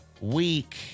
week